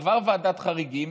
עבר ועדת חריגים,